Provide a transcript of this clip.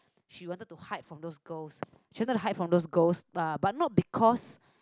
she wanted to hide from those girls she wanted to hide from those girls but not because